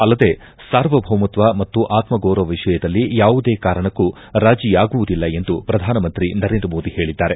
ಅಲ್ಲದೆ ಸಾರ್ವಭೌಮತ್ವ ಮತ್ತು ಆತ್ನ ಗೌರವ ವಿಷಯದಲ್ಲಿ ಯಾವುದೇ ಕಾರಣಕ್ಕೂ ರಾಜಿಯಾಗುವುದಿಲ್ಲ ಎಂದು ಪ್ರಧಾನಮಂತ್ರಿ ನರೇಂದ್ರ ಮೋದಿ ಹೇಳಿದ್ದಾರೆ